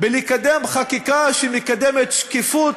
בקידום חקיקה שמקדמת שקיפות,